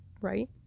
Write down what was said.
right